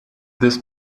this